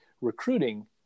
recruiting